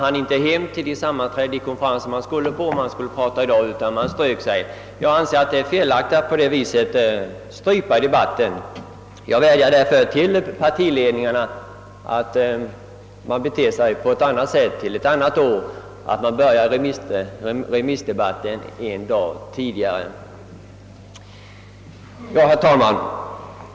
I annat fall skulle man inte ha hunnit hem till de sammanträden man planerat på hemorten. Jag anser det felaktigt att strypa debatten på det sättet och vädjar därför till partiledningarna att förfara på annat sätt ett kommande år och att om så behövs låta remissdebatten börja en dag tidigare. Herr talman!